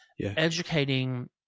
educating